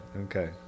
okay